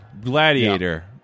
gladiator